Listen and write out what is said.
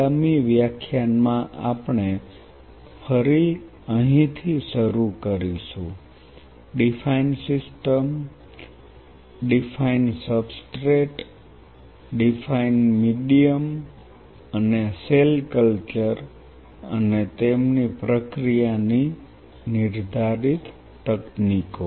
આગામી વ્યાખ્યાન માં આપણે ફરી અહીંથી શરૂ કરીશું ડીફાઈન સિસ્ટમ અને ડીફાઈન સબસ્ટ્રેટ ડીફાઈન મીડીયમ અને સેલ ક્લચર અને તેમની પ્રક્રિયાની નિર્ધારિત તકનીકો